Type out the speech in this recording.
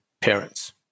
parents